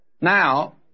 Now